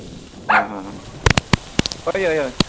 आंआं आं हय हय